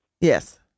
Yes